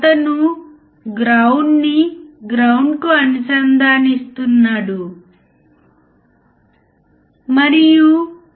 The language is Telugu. కాబట్టి వోల్టేజ్ ఫాలోవర్ అవుట్పుట్ రెసిస్టెన్స్ 0